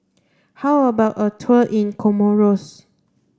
how about a tour in Comoros